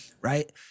right